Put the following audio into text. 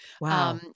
Wow